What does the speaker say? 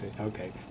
Okay